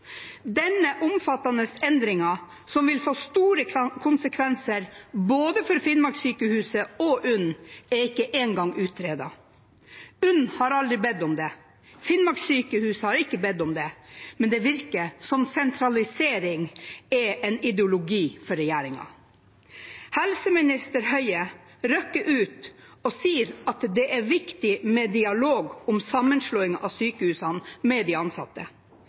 Denne omfattende endringen, som vil få store konsekvenser for både Finnmarkssykehuset og UNN, er ikke engang utredet. UNN har aldri bedt om det, Finnmarkssykehuset har ikke bedt om det, men det virker som om sentralisering er en ideologi for regjeringen. Helseminister Høie rykker ut og sier at det er viktig med dialog med de ansatte om sammenslåing av sykehusene. Hva skal man med